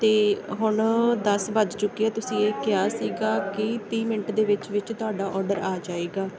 ਅਤੇ ਹੁਣ ਦਸ ਵੱਜ ਚੁੱਕੇ ਆ ਤੁਸੀਂ ਇਹ ਕਿਹਾ ਸੀਗਾ ਕਿ ਤੀਹ ਮਿੰਟ ਦੇ ਵਿੱਚ ਵਿੱਚ ਤੁਹਾਡਾ ਔਡਰ ਆ ਜਾਵੇਗਾ